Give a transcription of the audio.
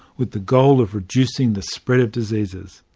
with the goal of reducing the spread of diseases.